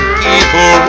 people